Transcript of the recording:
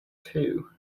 too